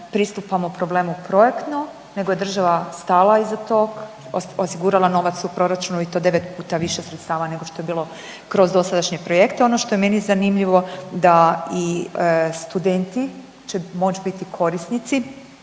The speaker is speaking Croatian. pristupamo problemu projektno nego je država stala iza tog, osigurala novac u proračunu i to 9 puta više sredstava nego što je bilo kroz dosadašnje projekte. Ono što je meni zanimljivo da i studenti će moć biti korisnici